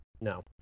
No